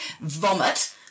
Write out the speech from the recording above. vomit